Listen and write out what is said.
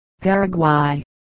Paraguay